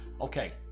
Okay